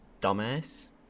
dumbass